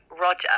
Roger